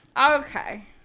Okay